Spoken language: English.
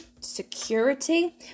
security